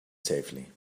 safely